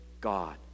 God